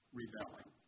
rebelling